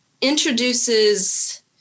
introduces